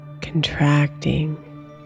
Contracting